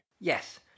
yes